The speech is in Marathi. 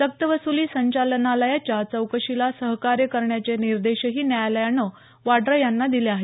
सक्तवसुली संचालनालयाच्या चौकशीला सहकार्य करण्याचे निर्देशही न्यायालयानं वाड़ा यांना दिले आहेत